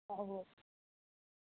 হ'ব